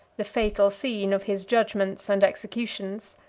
the fatal scene of his judgments and executions.